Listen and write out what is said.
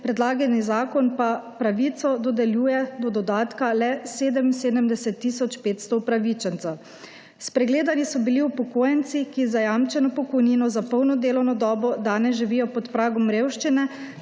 predlagani zakon pa pravico do dodatka dodeljuje le 77 tisoč 500 upravičencem. Spregledani so bili upokojenci, ki z zajamčeno pokojnino za polno delovno dobo danes živijo pod pragom revščine,